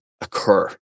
occur